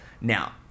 Now